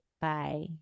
Bye